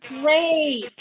great